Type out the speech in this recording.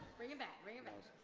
bring it back, bring it back.